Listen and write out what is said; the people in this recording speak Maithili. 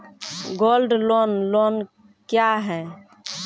गोल्ड लोन लोन क्या हैं?